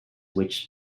which